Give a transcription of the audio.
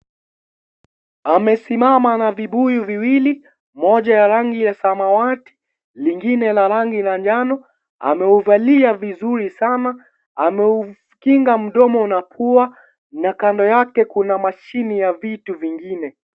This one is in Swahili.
Amesimama na vibuyu viwili, moja la rangi ya samawati lingine la rangi la njano, ameuvalia vizuri sana ameukinga mdomo na pua na kando yake kuna vitu vingine.